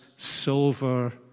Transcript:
silver